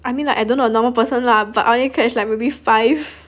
I mean like I don't know a normal person lah but I only catch like maybe five